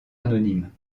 anonyme